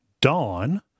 Dawn